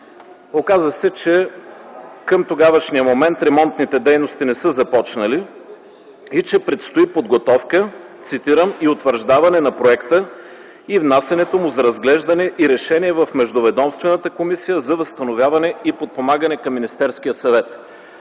Оказа се, че към тогавашния момент ремонтните дейности не са започнали и че предстои подготовка, цитирам: „и утвърждаване на проекта и внасянето му за разглеждане и решение в Междуведомствената комисия за възстановяване и подпомагане към Министерския съвет”.